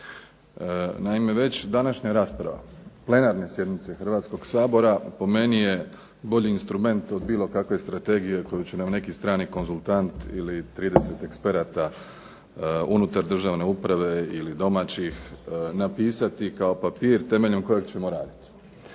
Naime, već današnja rasprava plenarne sjednice Hrvatskog sabora po meni je bolji instrument od bilo kakve strategije koju će nam neki strani konzultant ili 30 eksperata unutar državne uprave ili domaćih napisati kao papir temeljem kojeg ćemo raditi.